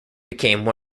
became